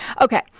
Okay